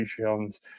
Patreons